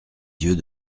yeux